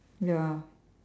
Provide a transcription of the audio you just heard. ya